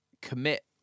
commit